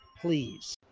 please